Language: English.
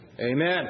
Amen